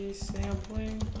sampling